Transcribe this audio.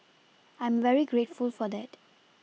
I'm very grateful for that